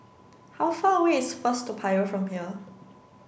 how far away is First Toa Payoh from here